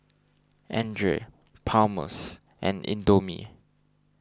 andre Palmer's and Indomie